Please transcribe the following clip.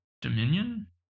dominion